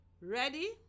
Ready